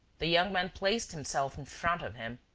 the young man placed himself in front of him.